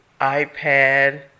iPad